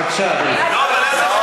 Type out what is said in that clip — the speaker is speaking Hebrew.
בבקשה, אדוני.